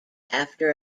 after